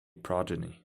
progeny